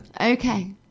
okay